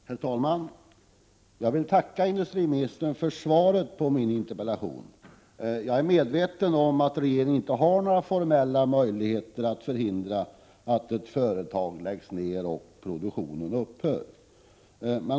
Herr talman! Jag vill tacka industriministern för svaret på min interpellation. Jag är medveten om att regeringen inte har några formella möjligheter att förhindra att ett företag läggs ned och att produktionen upphör.